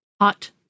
hot